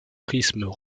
prismes